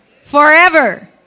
forever